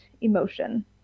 emotion